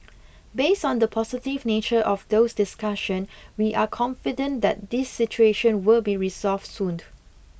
based on the positive nature of those discussion we are confident that this situation will be resolved soon